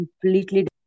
completely